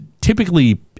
typically